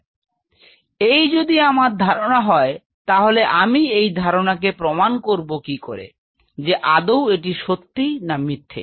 তো এই যদি আমার ধারনা হয় তাহলে আমি এই ধারনাকে প্রমাণ করব কি করে যে আদৌ এটি সত্যি না মিথ্যে